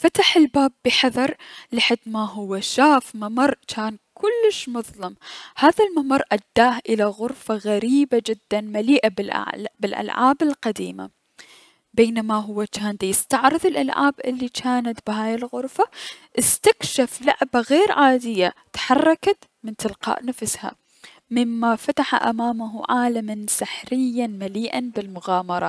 فتح الباب بحذر لحد ما هو شاف ممر جان كلش مظلم، هذا الممر اداه الى غرفة غريبة جدا مليئة بلألعاب القديمة، بينما هو جان د يستعرض الألعاب الي جانت بهاي الغرفة، استكشف لعبة غير عادية تحلركت من تلقاء نفسها مما فتح امامه عالما سحريا مليئا بلمغامرات.